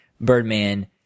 Birdman